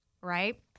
right